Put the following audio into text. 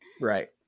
right